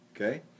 okay